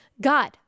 God